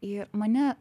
į mane